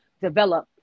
develop